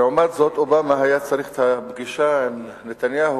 לעומת זאת, אובמה היה צריך את הפגישה עם נתניהו